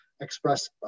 express